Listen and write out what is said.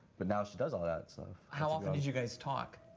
but now she does all that stuff. how often did you guys talk?